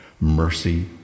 Mercy